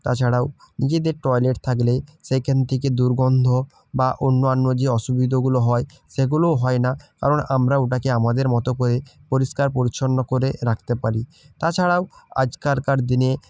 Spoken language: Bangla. তাছাড়াও নিজেদের টয়লেট থাকলে সেইখান থেকে দুর্গন্ধ বা অন্যান্য যে অসুবিধাগুলো হয় সেগুলোও হয় না কারণ আমরা ওটাকে আমাদের মতো করে পরিষ্কার পরিচ্ছন্ন করে রাখতে পারি তাছাড়াও আজকারকার দিনে